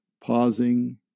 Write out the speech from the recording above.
pausing